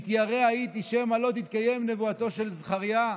מתיירא הייתי שמא לא תתקיים נבואתו של זכריה.